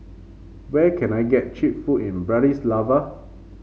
where can I get cheap food in Bratislava